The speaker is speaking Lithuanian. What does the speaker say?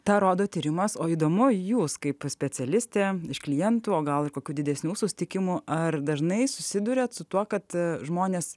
tą rodo tyrimas o įdomu jūs kaip specialistė iš klientų o gal kokių didesnių susitikimų ar dažnai susiduriate su tuo kad žmonės